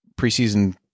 preseason